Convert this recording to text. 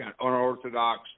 unorthodox